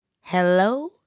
Hello